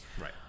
Right